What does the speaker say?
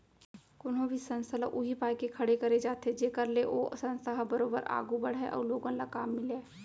कोनो भी संस्था ल उही पाय के खड़े करे जाथे जेखर ले ओ संस्था ह बरोबर आघू बड़हय अउ लोगन ल काम मिलय